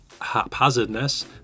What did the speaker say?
haphazardness